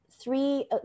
Three